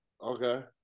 Okay